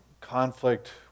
conflict